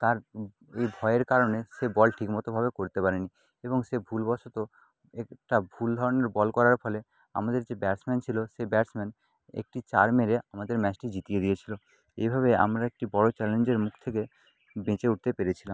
তার ভয়ের কারণে সে বলটি ঠিক মতোভাবে করতে পারে নি এবং সে ভুলবশত একটা ভুল ধরণের বল করার ফলে আমাদের যে ব্যাটসম্যান ছিলো সে ব্যাটসম্যান একটি চার মেরে আমাদের ম্যাচটি জিতিয়ে দিয়েছিলো এইভাবে আমরা একটি বড়ো চ্যালেঞ্জের মুখ থেকে বেঁচে উঠতে পেরেছিলাম